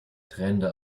tränende